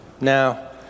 Now